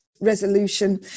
resolution